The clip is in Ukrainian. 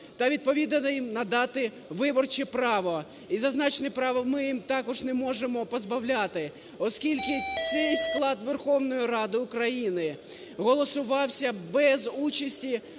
та відповідно їм надати виборче право. І зазначеного права ми їх також не можемо позбавляти, оскільки цей склад Верховної Ради України голосувався без участі